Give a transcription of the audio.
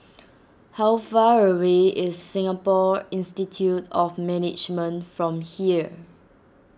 how far away is Singapore Institute of Management from here